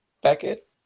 Beckett